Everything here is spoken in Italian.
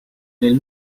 nel